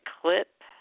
clip